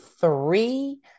three